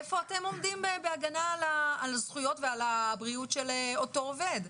איפה אתם עומדים בהגנה על הזכויות ועל הבריאות של אותו עובד?